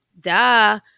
Duh